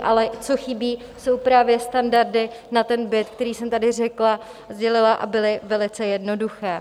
Ale co chybí, jsou právě standardy na byt, které jsem tady řekla a byly velice jednoduché.